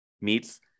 meats